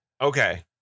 Okay